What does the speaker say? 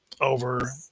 over